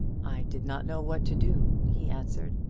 i did not know what to do, he answered.